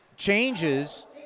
changes